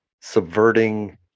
subverting